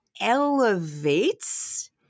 elevates